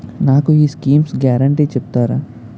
నాకు ఈ schemes guarantee చెప్తారా?